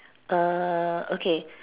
err okay